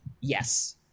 Yes